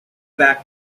back